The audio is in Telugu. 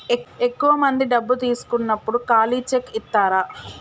ఎక్కువ మంది డబ్బు తీసుకున్నప్పుడు ఖాళీ చెక్ ఇత్తారు